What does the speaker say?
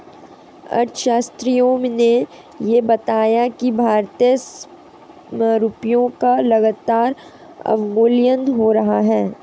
अर्थशास्त्रियों ने यह बताया कि भारतीय रुपयों का लगातार अवमूल्यन हो रहा है